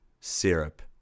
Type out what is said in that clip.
Syrup